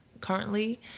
currently